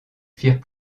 firent